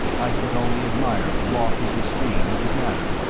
i could only admire the lofty disdain of his manner.